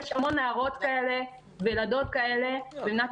יש המון נערות כאלה וילדות כאלה במדינת